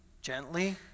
gently